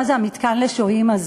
בואו נדבר, מה זה המתקן לשוהים הזה: